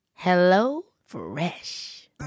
HelloFresh